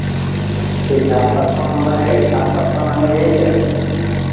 ठीक है आपका फोन नंबर यही आपका फोन नंबर यही है